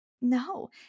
No